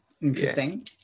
Interesting